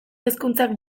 hizkuntzak